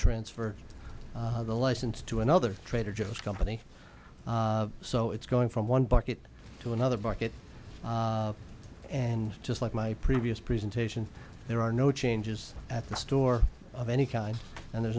transfer the license to another trader joe's company so it's going from one bucket to another bucket and just like my previous presentation there are no changes at the store of any kind and there's